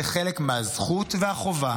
זה חלק מהזכות והחובה